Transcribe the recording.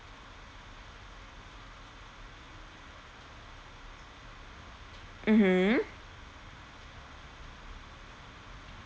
mmhmm